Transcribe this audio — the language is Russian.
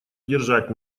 держать